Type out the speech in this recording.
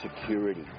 security